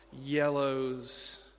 yellows